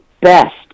best